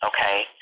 okay